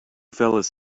fellas